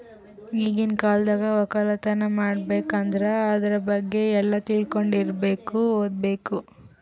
ಈಗಿನ್ ಕಾಲ್ದಾಗ ವಕ್ಕಲತನ್ ಮಾಡ್ಬೇಕ್ ಅಂದ್ರ ಆದ್ರ ಬಗ್ಗೆ ಎಲ್ಲಾ ತಿಳ್ಕೊಂಡಿರಬೇಕು ಓದ್ಬೇಕು